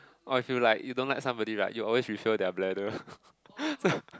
or if you like you don't like somebody right you always refill their bladder